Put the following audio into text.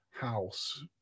house